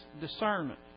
discernment